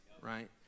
right